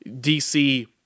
DC